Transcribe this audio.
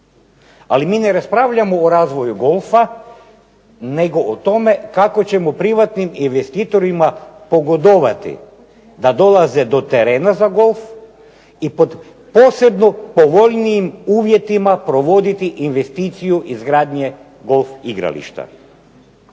Ali mi ne raspravljamo o razvoju golfa nego o tome kako ćemo privatnim investitorima pogodovati da dolaze do terena za golf i pod posebno povoljnijim uvjetima provoditi investiciju izgradnje golf igrališta.